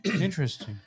Interesting